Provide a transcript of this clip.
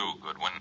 Goodwin